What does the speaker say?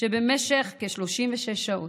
כשבמשך 36 שעות,